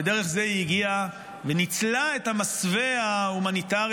ודרך זה היא הגיעה וניצלה את המסווה ההומניטרי